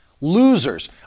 Losers